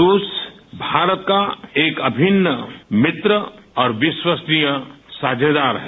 रूस भारत का एक अभिन्न मित्र और विश्वस्तरीय साझेदार है